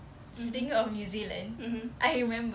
mmhmm mmhmm